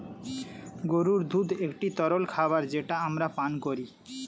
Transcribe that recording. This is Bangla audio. গরুর দুধ একটি তরল খাবার যেটা আমরা পান করি